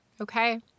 okay